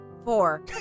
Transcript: four